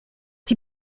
die